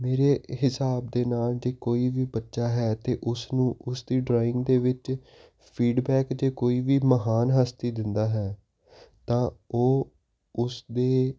ਮੇਰੇ ਹਿਸਾਬ ਦੇ ਨਾਲ ਜੇ ਕੋਈ ਵੀ ਬੱਚਾ ਹੈ ਤੇ ਉਸਨੂੰ ਉਸਦੀ ਡਰਾਇੰਗ ਦੇ ਵਿੱਚ ਫੀਡਬੈਕ ਤੇ ਕੋਈ ਵੀ ਮਹਾਨ ਹਸਤੀ ਦਿੰਦਾ ਹੈ ਤਾਂ ਉਹ ਉਸਦੇ